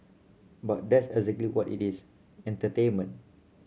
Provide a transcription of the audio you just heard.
but that's exactly what it is entertainment